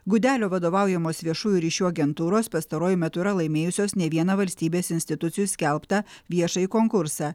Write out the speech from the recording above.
gudelio vadovaujamos viešųjų ryšių agentūros pastaruoju metu yra laimėjusios ne vieną valstybės institucijų skelbtą viešąjį konkursą